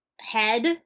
head